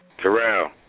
Terrell